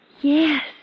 yes